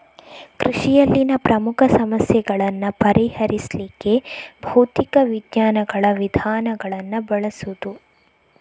ಕೃಷಿಯಲ್ಲಿನ ಪ್ರಮುಖ ಸಮಸ್ಯೆಗಳನ್ನ ಪರಿಹರಿಸ್ಲಿಕ್ಕೆ ಭೌತಿಕ ವಿಜ್ಞಾನಗಳ ವಿಧಾನಗಳನ್ನ ಬಳಸುದು